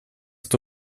это